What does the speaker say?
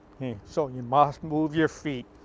so you must move your feet.